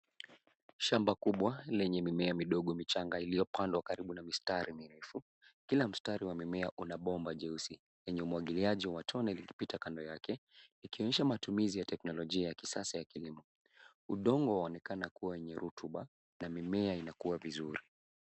Shamba kubwa lenye mimea midogo michanga iliyopandwa karibu na mistari mirefu. Kila mstari wa mimea una bomba jeusi lenye umwagiliaji wa matone likipita kando yake, likionyesha matumizi ya teknolojia ya kisasa ya kilimo. Udongo waonekana kuwa wenye rutuba na mimea inakua vizuri.